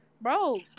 Bro